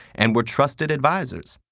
and were trusted advisors.